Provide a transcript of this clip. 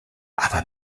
aber